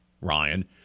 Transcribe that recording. Ryan